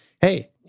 Hey